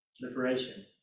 liberation